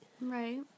Right